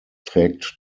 trägt